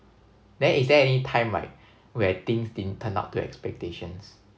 then is there any time like where things didn't turn out to expectations